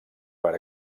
per